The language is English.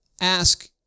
ask